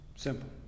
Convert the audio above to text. simple